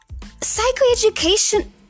psychoeducation